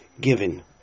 given